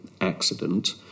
accident